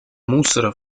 мусора